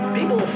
People